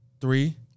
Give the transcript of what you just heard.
three